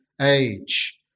age